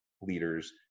leaders